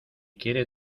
quiere